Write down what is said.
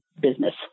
business